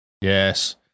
Yes